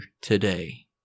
today